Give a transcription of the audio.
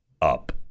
up